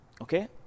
okay